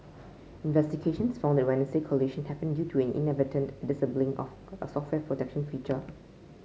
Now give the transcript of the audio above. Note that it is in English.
investigations found collision happened due to the inadvertent disabling of a software protection feature